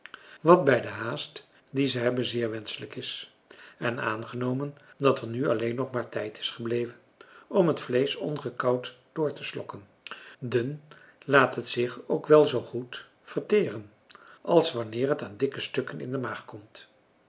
wat bij de haast die ze hebben zeer wenschelijk is en aangenomen dat er hun alleen nog maar tijd is gebleven om het vleesch ongekauwd door te slokken dun laat het zich ook wel zoo goed verteren als wanneer het aan dikke stukken in de maag komt